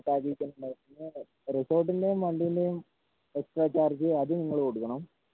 ആ പാക്കേജിൽ ഉണ്ടാകും പിന്നെ റിസോട്ടിൻറ്റേം വണ്ടീൻറ്റേം എക്സ്ട്രാ ചാർജ് അത് നിങ്ങൾ കൊടുക്കണം